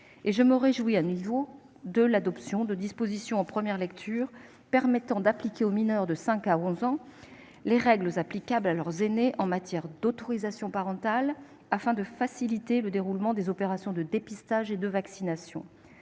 Je me réjouis de nouveau de l'adoption de dispositions en première lecture, permettant d'appliquer aux mineurs de 5 ans à 11 ans les règles applicables à leurs aînés en matière d'autorisation parentale, afin de faciliter le déroulement des opérations de dépistage et de vaccination.